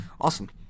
awesome